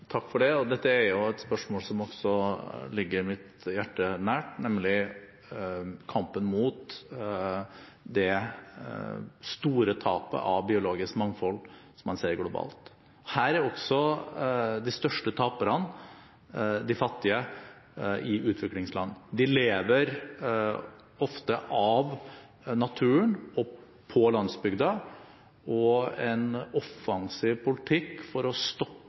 Takk for det. Dette er også et spørsmål som ligger mitt hjerte nært, nemlig kampen mot det store tapet av biologisk mangfold som man ser globalt. Også her er de største taperne de fattige i utviklingsland. De lever ofte av naturen og på landsbygda, og en offensiv politikk for å stoppe